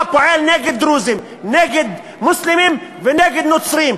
אתה פועל נגד דרוזים, נגד מוסלמים ונגד נוצרים.